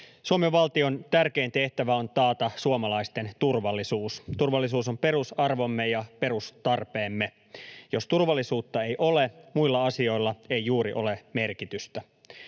Suomen valtion tärkein tehtävä on taata suomalaisten turvallisuus. Turvallisuus on perusarvomme ja perustarpeemme. Jos turvallisuutta ei ole, muilla asioilla ei juuri ole merkitystä.